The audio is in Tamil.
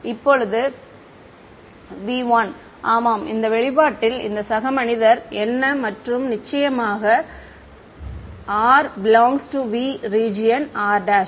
மாணவர் இப்போது V1 ஆமாம் இந்த வெளிப்பாட்டில் இந்த சக மனிதர் என்ன மற்றும் நிச்சயமாக பகுதி r ∈ V ரீஜியன் r'